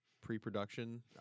pre-production